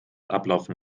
ablaufen